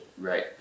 Right